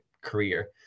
career